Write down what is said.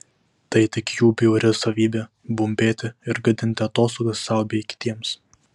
tai tik jų bjauri savybė bumbėti ir gadinti atostogas sau bei kitiems